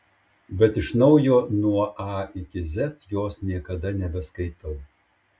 bet iš naujo nuo a iki z jos niekada nebeskaitau